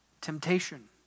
temptation